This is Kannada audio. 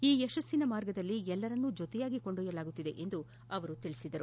ಈ ಯಶಸ್ಸಿನ ಮಾರ್ಗದಲ್ಲಿ ಎಲ್ಲರನ್ನೂ ಜೊತೆಯಾಗಿ ಕೊಂಡೊಯ್ಲಲಾಗುತ್ತಿದೆ ಎಂದು ಪ್ರಧಾನಮಂತ್ರಿ ಹೇಳಿದರು